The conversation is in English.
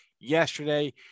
yesterday